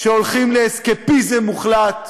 שהולכים לאסקפיזם מוחלט,